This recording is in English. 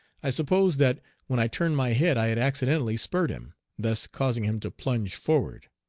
i supposed that when i turned my head i had accidentally spurred him, thus causing him to plunge forward.